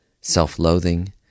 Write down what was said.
self-loathing